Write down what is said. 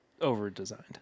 over-designed